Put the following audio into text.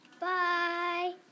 Bye